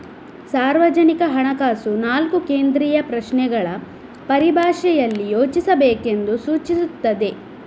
ಸಾರ್ವಜನಿಕ ಹಣಕಾಸು ನಾಲ್ಕು ಕೇಂದ್ರೀಯ ಪ್ರಶ್ನೆಗಳ ಪರಿಭಾಷೆಯಲ್ಲಿ ಯೋಚಿಸಬೇಕೆಂದು ಸೂಚಿಸುತ್ತದೆ